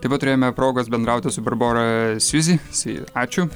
taip pat turėjome progos bendrauti su barbora siuzi si ačiū